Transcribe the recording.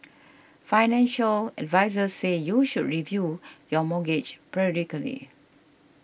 financial advisers say you should review your mortgage periodically